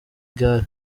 gare